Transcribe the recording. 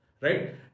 Right